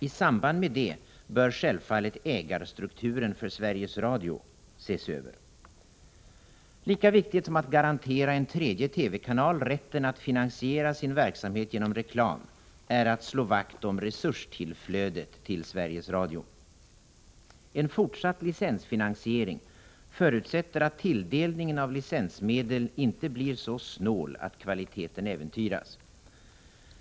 I samband med det bör självfallet ägarstrukturen för Sveriges Radio ses över. Lika viktigt som att garantera en tredje TV-kanal rätten att finansiera sin verksamhet genom reklam är att slå vakt om resurstillflödet till Sveriges Radio. En fortsatt licensfinansiering förutsätter att tilldelningen av licensmedel inte blir så snål att kvaliteten äventyras.